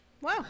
Wow